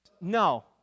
no